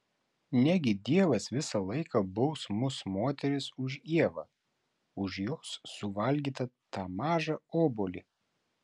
negi dievas visą laiką baus mus moteris už ievą už jos suvalgytą tą mažą obuolį